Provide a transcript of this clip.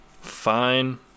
Fine